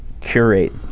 curate